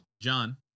John